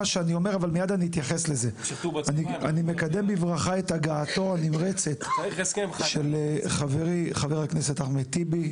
אני מקדם בברכה את הגעתו הנמרצת של חברי חבר הכנסת אחמד טיבי,